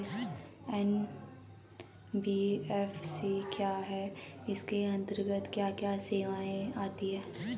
NBFC क्या है इसके अंतर्गत क्या क्या सेवाएँ आती हैं?